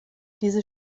diese